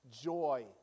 joy